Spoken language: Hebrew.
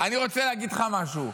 אני רוצה להגיד לך משהו.